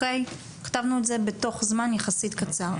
כתבנו את זה בתוך זמן יחסית קצר,